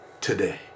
today